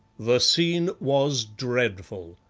the scene was dreadful.